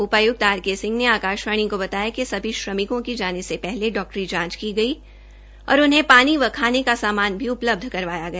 उपायुक्त R K Singh ने आकाशवाणी को बताया कि सभी श्रमिकों को जाने से पहले डॉक्टरी जांच की गई और उन्हें पानी व खाने का सामान भी उपलब्ध करवाया गया